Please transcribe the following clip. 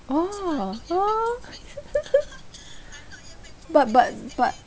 oh oh but but but